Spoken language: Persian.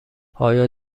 آیا